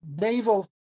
naval